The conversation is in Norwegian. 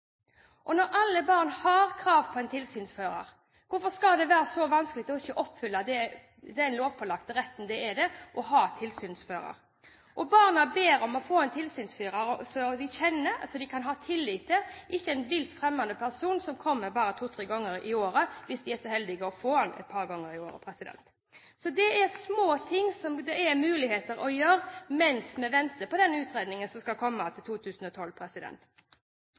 selv.» Når alle barn har krav på en tilsynsfører, hvorfor skal det være så vanskelig å oppfylle den lovpålagte retten det er å ha tilsynsfører? Barna ber om å få en tilsynsfører som de kjenner, som de kan ha tillit til, og ikke en vilt fremmed person som kommer bare to, tre ganger i året – hvis de er så heldige å få ham et par ganger i året. Det er små ting som det er mulig å gjøre mens vi venter på den utredningen som skal komme i løpet av 2012. Så er det et par ting til,